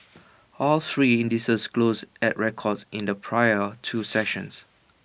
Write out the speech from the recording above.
all three indices closed at records in the prior two sessions